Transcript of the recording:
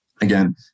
Again